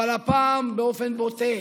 אבל הפעם באופן בוטה.